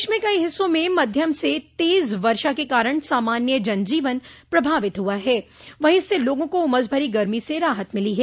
प्रदेश के कई हिस्सों में मध्यम से तेज वर्षा के कारण सामान्य जनजीवन प्रभावित हुआ है वहीं इससे लोगों को उमस भरी गर्मी से राहत मिली है